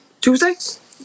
Tuesday